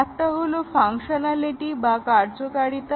একটা হলো ফাংশনালিটি বা কার্যকারিতা